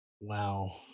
Wow